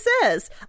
says